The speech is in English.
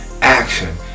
action